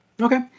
okay